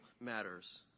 matters